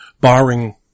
Barring